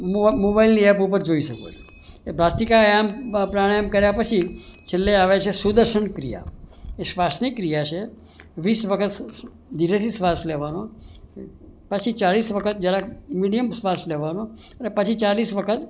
મોબાઇલની એપ ઉપર જોઈ શકો છો એ ભાસ્તિકા પ્રાણાયામ કર્યા પછી છેલ્લે આવે છે સુદર્શન ક્રિયા એ શ્વાસની ક્રિયા છે વીસ વખત ધીરેથી શ્વાસ લેવાનો પછી ચાલીસ વખત જરાક મીડિયમ શ્વાસ લેવાનો અને પછી ચાલીસ વખત